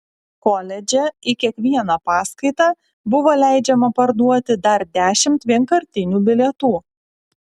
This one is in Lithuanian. koledže į kiekvieną paskaitą buvo leidžiama parduoti dar dešimt vienkartinių bilietų